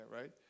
right